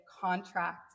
contract